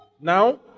Now